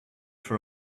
for